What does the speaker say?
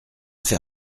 fait